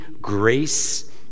grace